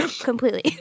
completely